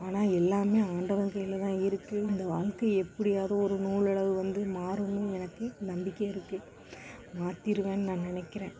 ஆனால் எல்லாம் ஆண்டவன் கையில் தான் இருக்குது இந்த வாழ்க்கை எப்படியாது ஒரு நூல் அளவு வந்து மாறும்னு எனக்கு நம்பிக்கை இருக்குது மாத்திடுவேன்னு நான் நினைக்குறேன்